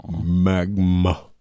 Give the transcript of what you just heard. Magma